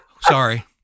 Sorry